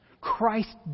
Christ